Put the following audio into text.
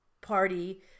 party